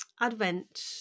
Advent